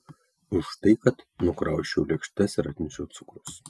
už tai kad nukrausčiau lėkštes ir atnešiau cukraus